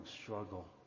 struggle